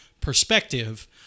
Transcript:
perspective